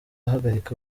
ahagarika